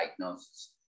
diagnosis